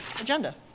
agenda